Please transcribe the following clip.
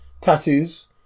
tattoos